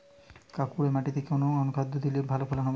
কাঁকুরে মাটিতে কোন অনুখাদ্য দিলে ভালো ফলন হবে?